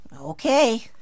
Okay